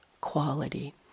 quality